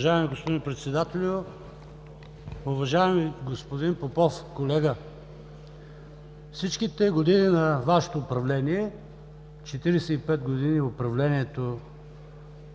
Уважаеми господин Председателю, уважаеми господин Попов! Колега, във всичките години на Вашето управление – 45 години управлението